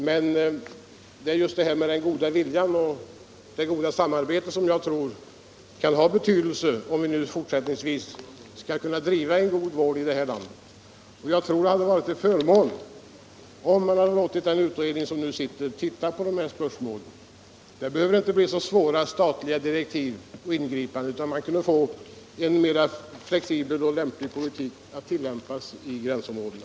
Men jag tror att den goda viljan och det goda samarbetet kan ha betydelse om vi fortsättningsvis skall kunna erbjuda en god vård här i samhället. Jag tror det hade varit en fördel om man låtit den utredning som nu arbetar se över dessa frågor. Det behövs inga komplicerade statliga direktiv eller ingripanden för det; man kan försöka få till stånd en mer flexibel och lämplig politik att tillämpas vid gränsområdena.